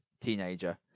teenager